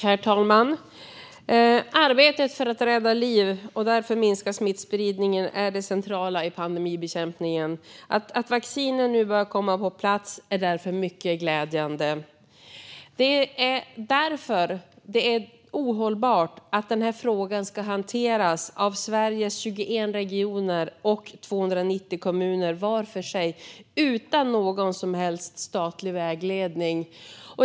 Herr talman! Arbetet för att minska smittspridningen och därmed rädda liv är det centrala i pandemibekämpningen. Att vacciner nu börjar komma på plats är därför mycket glädjande. Det är därför ohållbart att denna fråga ska hanteras av Sveriges 21 regioner och 290 kommuner var för sig, utan någon som helst statlig vägledning.